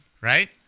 Right